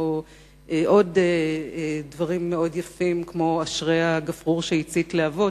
ועוד דברים מאוד יפים כמו "אשרי הגפרור שהצית להבות".